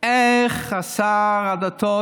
איך שר הדתות,